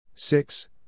Six